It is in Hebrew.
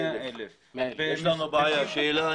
100,000. יש לנו בעיה רצינית.